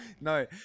No